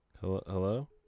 Hello